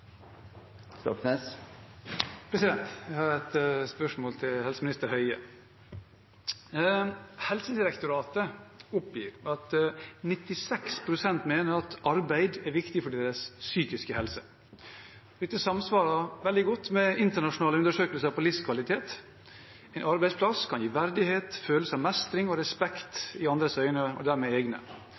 viktig for deres psykiske helse. Dette samsvarer veldig godt med internasjonale undersøkelser om livskvalitet. En arbeidsplass kan gi verdighet, følelse av mestring og respekt i andres øyne – og dermed i egne.